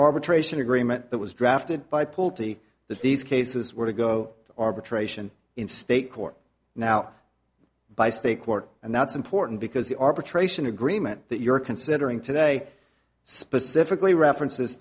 arbitration agreement that was drafted by pulte that these cases were to go to arbitration in state court now by state court and that's important because the arbitration agreement that you're considering today specifically references